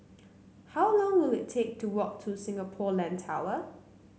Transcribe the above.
how long will it take to walk to Singapore Land Tower